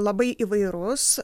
labai įvairus